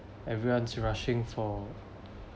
everyone's rushing for